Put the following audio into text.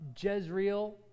Jezreel